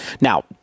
Now